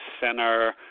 center